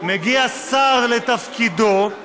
איזה שטויות.